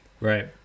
Right